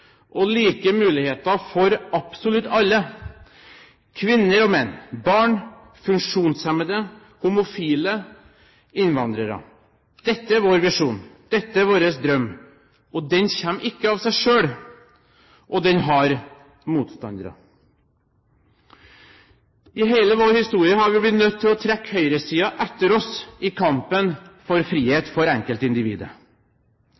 og like muligheter for absolutt alle – kvinner og menn, barn, funksjonshemmede, homofile, innvandrere. Dette er vår visjon, dette er vår drøm. Den kommer ikke av seg selv, og den har motstandere. I hele vår historie har vi vært nødt til å trekke høyresiden etter oss i kampen for